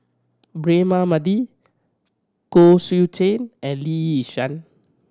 Braema Mathi Koh Seow Chuan and Lee Yi Shyan